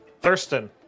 Thurston